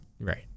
Right